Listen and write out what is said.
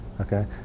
okay